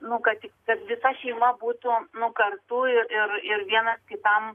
nu kad kad visa šeima būtų nu kartu ir ir vienas kitam